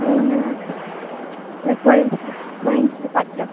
ମୋ ନାଁ ସୟଂଶ୍ରି ପାତ୍ର